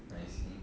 I see